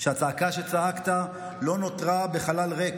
שהצעקה שצעקת לא נותרה בחלל ריק.